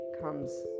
comes